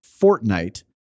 Fortnite